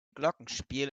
glockenspiel